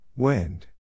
wind